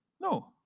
No